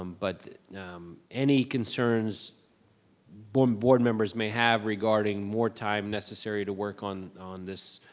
um but any concerns board board members may have regarding more time necessary to work on on this,